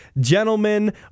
gentlemen